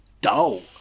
dull